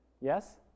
Yes